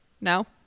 No